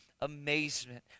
amazement